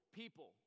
people